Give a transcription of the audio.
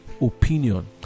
opinion